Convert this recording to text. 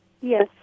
Yes